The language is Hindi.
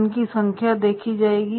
उनकी संख्या देखी जाएगी